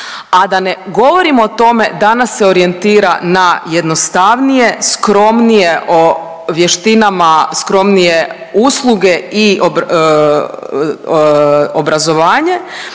a da ne govorimo o tome da nas se orijentira na jednostavnije, skromnije, vještinama skromnije usluge i obrazovanje